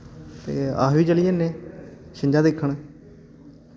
ते अस बी चली जन्ने छिंजां दिक्खन